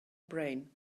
brain